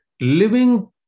living